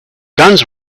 guns